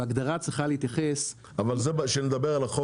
וההגדרה צריכה להתייחס --- אבל זה כשנדבר על החוק,